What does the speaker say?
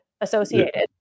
associated